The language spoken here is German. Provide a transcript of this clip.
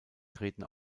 treten